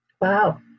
Wow